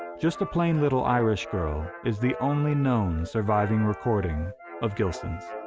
just a plain little irish girl is the only known surviving recording of gilson's.